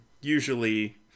Usually